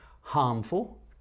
harmful